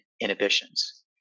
inhibitions